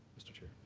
mr. chair.